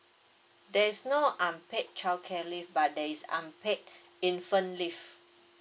there's no unpaid childcare leave but there is unpaid infant leave